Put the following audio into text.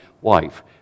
wife